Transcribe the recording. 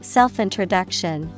Self-introduction